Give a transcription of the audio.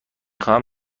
خواهم